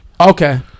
Okay